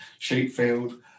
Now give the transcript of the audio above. Sheepfield